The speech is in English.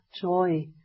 joy